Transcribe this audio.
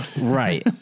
Right